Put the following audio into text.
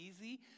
easy